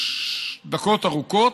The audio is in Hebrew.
בטקס של חיות.